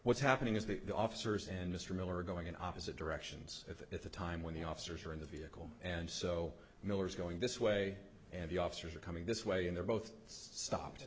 what's happening is that the officers and mr miller are going in opposite directions at the time when the officers are in the vehicle and so miller's going this way and the officers are coming this way and they're both stopped